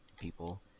people